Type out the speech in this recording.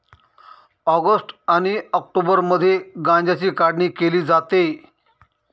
August आणि ऑक्टोबरमध्ये गांज्याची काढणी केली जाते